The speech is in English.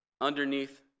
underneath